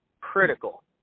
Critical